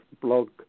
blog